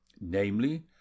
namely